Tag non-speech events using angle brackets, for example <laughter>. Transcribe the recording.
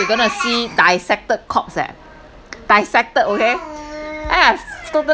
we are going to see dissected corpse eh <noise> dissected okay !aiya! scolde~